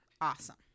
awesome